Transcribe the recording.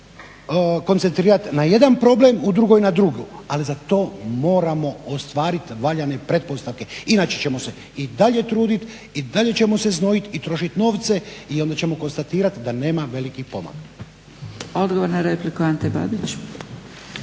koncenctrirati na jedan problem, u drugoj na drugu, ali za to moramo ostvariti valjane pretpostavke, inače ćemo se i dalje truditi, i dalje ćemo se znojiti, i trošiti novce, i onda ćemo konstatirati da nema velikih pomaka. **Zgrebec, Dragica